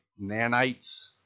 nanites